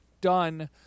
done